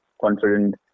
confident